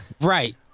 right